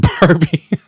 Barbie